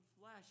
flesh